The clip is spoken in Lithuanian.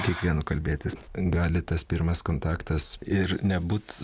kiekvienu kalbėtis gali tas pirmas kontaktas ir nebūt